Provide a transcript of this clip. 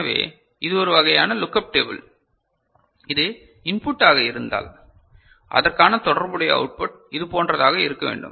எனவே இது ஒரு வகையான லுக் அப் டேபிள் இது இன்புட் ஆக இருந்தாள் அதற்கான தொடர்புடைய அவுட்புட் இதுபோன்றதாக இருக்க வேண்டும்